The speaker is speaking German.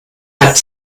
hat